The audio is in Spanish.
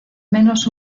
menos